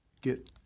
get